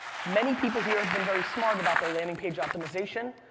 many people here have been very smart about their landing page optimization,